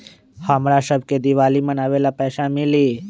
हमरा शव के दिवाली मनावेला पैसा मिली?